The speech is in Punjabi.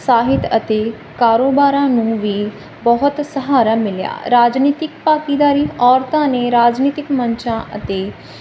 ਸਾਹਿਤ ਅਤੇ ਕਾਰੋਬਾਰਾਂ ਨੂੰ ਵੀ ਬਹੁਤ ਸਹਾਰਾ ਮਿਲਿਆ ਰਾਜਨੀਤਿਕ ਭਾਕੀਦਾਰੀ ਔਰਤਾਂ ਨੇ ਰਾਜਨੀਤਿਕ ਮੰਚਾਂ ਅਤੇ